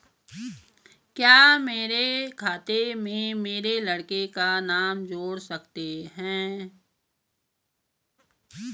क्या मेरे खाते में मेरे लड़के का नाम जोड़ सकते हैं?